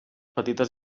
petites